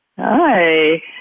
Hi